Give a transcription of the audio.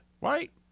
Right